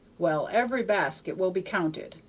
well, every basket will be counted,